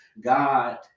God